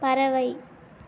பறவை